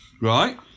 Right